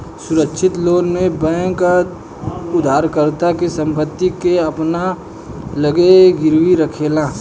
सुरक्षित लोन में बैंक उधारकर्ता के संपत्ति के अपना लगे गिरवी रखेले